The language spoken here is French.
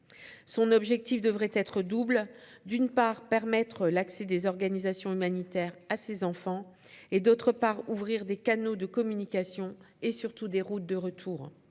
Son objectif devrait être double : d'une part, permettre l'accès des organisations humanitaires à ces enfants et, d'autre part, ouvrir des canaux de communication et des routes de retour.